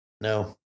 No